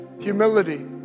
humility